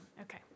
Okay